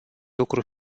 lucru